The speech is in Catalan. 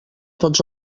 tots